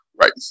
Right